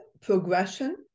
progression